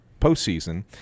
postseason